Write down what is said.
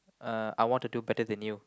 uh I want to do better than you